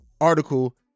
article